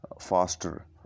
faster